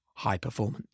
highperformance